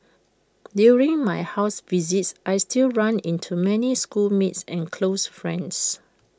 during my house visits I still run into many schoolmates and close friends